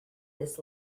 this